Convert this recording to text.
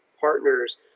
partners